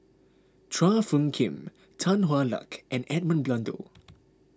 Chua Phung Kim Tan Hwa Luck and Edmund Blundell